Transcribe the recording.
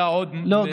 היה עוד, לא.